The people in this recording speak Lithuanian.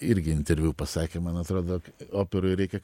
irgi interviu pasakė man atrodo operoj reikia